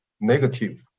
negative